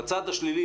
בצד השלילי,